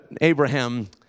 Abraham